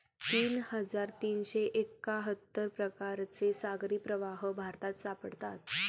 तीन हजार तीनशे एक्काहत्तर प्रकारचे सागरी प्रवाह भारतात सापडतात